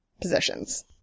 positions